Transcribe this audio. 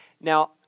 Now